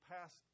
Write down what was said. past